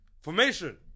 formation